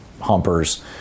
humpers